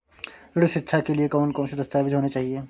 शिक्षा ऋण के लिए कौन कौन से दस्तावेज होने चाहिए?